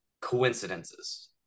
coincidences